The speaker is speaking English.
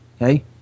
Okay